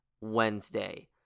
Wednesday